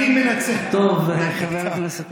אני מנצל, טוב, חבר הכנסת מלכיאלי.